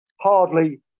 Hardly